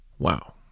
Wow